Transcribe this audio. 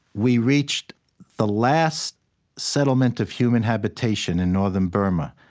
we reached the last settlement of human habitation in northern burma.